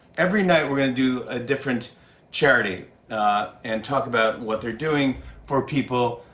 every night, we're gonna do a different charity and talk about what they're doing for people.